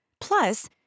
Plus